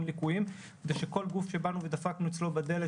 הליקויים ושכל גוף שבאנו ודפקנו אצלו בדלת,